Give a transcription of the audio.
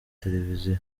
televiziyo